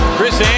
Chris